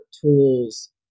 tools